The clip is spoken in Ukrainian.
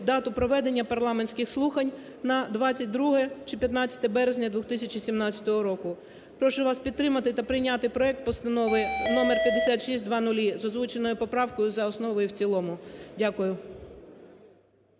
дату проведення парламентських слухань на 22-ге чи 15 березня 2017 року. Прошу вас підтримати та прийняти проект Постанови № 5600 з озвученою поправкою за основу і в цілому. Дякую.